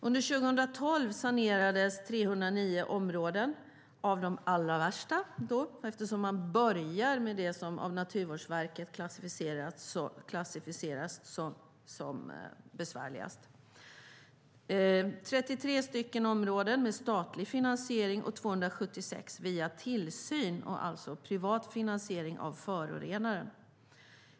Under 2012 sanerades 309 av de allra värsta områdena - man började med dem som av Naturvårdsverket klassificerats som de besvärligaste - 33 områden med statlig finansiering och 276 via tillsyn, det vill säga privatfinansierade av förorenaren.